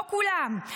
לא כולם.